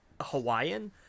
Hawaiian